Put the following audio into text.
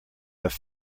have